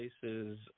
places